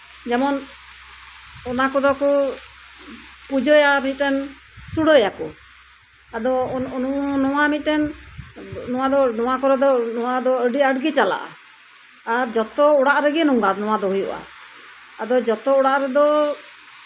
ᱡᱮᱢᱚᱱ ᱚᱱᱟ ᱠᱚᱫᱚ ᱠᱚ ᱯᱩᱡᱟᱹᱭᱟ ᱢᱤᱫᱴᱮᱱ ᱥᱩᱲᱟᱹᱭᱟ ᱟᱫᱚ ᱱᱚᱣᱟ ᱢᱤᱫᱴᱮᱱ ᱱᱚᱣᱟ ᱠᱚᱨᱮᱜ ᱫᱚ ᱱᱚᱣᱟ ᱫᱚ ᱟᱹᱰᱤ ᱟᱸᱴ ᱜᱮ ᱪᱟᱞᱟᱜᱼᱟ ᱟᱨ ᱡᱚᱛᱚ ᱚᱲᱟᱜ ᱨᱮᱜᱮ ᱱᱚᱣᱟ ᱫᱚ ᱦᱩᱭᱩᱜᱼᱟ ᱟᱫᱚ ᱡᱚᱛᱚ ᱚᱲᱟᱜ ᱨᱮᱫᱚ